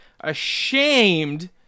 ashamed